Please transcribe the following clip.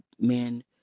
men